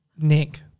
Nick